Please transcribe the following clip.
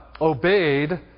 obeyed